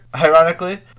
ironically